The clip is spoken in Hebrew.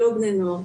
היא לא בני נוער.